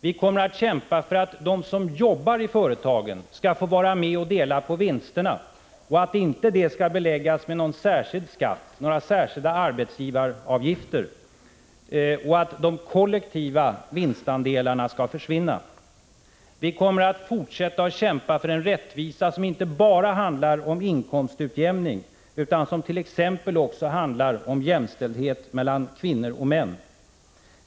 Vi kommer att kämpa för att de som jobbar i företagen skall få vara med och dela på vinsterna, att vinsterna inte skall beläggas med någon skatt eller några särskilda arbetsgivaravgifter samt för att de kollektiva vinstandelarna skall försvinna. Vi kommer att fortsätta att kämpa för den rättvisa som inte bara handlar om inkomstutjämning utan som t.ex. också handlar om jämställdhet mellan kvinnor och män.